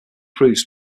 proofs